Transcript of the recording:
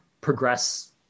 progress